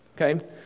Okay